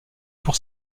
pour